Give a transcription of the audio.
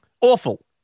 Awful